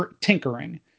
tinkering